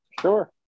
Sure